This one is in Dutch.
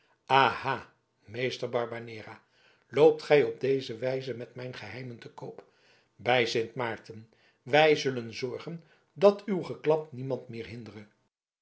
meester barbanera loopt gij op deze wijze met mijn geheimen te koop bij sint maarten wij zullen zorgen dat uw geklap niemand meer hindere